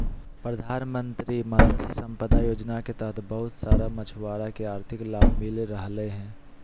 प्रधानमंत्री मत्स्य संपदा योजना के तहत बहुत सारा मछुआरा के आर्थिक लाभ मिल रहलय हें